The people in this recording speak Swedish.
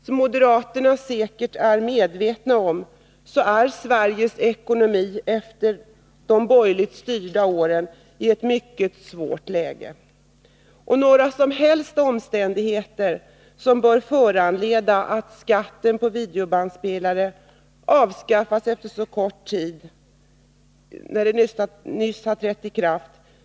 Som moderaterna säkert är medvetna om är Sveriges ekonomi, efter åren med borgerligt styre, i ett mycket svårt läge. Vi anser att det inte finns några som helst omständigheter som bör föranleda att skatten på videobandspelare nu avskaffas, så kort tid efter att den har trätt i kraft.